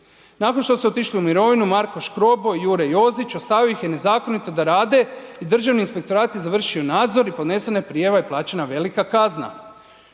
Nakon što su otišli u mirovinu Marko Škrobo, Jure Jozić ostavio ih je nezakonito da rade i Državni inspektorat je završio nadzor i podnesena je prijava i plaćena velika kazna.